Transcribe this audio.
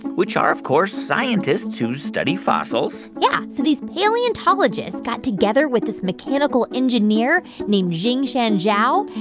which are, of course, scientists who study fossils yeah. so these paleontologists got together with this mechanical engineer named jing-shan zhao,